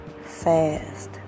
fast